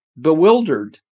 bewildered